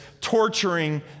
torturing